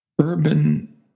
urban